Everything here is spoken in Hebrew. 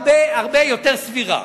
שהיתה הרבה-הרבה יותר סבירה,